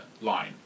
line